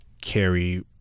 carry